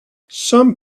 some